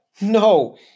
No